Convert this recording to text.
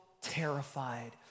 terrified